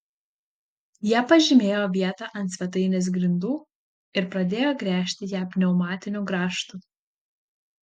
jie pažymėjo vietą ant svetainės grindų ir pradėjo gręžti ją pneumatiniu grąžtu